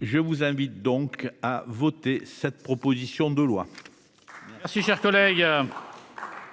Je vous invite donc à voter cette proposition de loi. Si cher collègue.